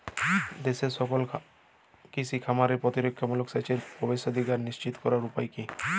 দেশের সকল কৃষি খামারে প্রতিরক্ষামূলক সেচের প্রবেশাধিকার নিশ্চিত করার উপায় কি?